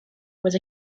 was